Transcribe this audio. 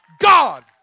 God